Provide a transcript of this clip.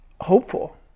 hopeful